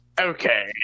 Okay